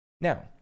Now